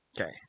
okay